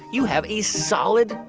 you have a solid,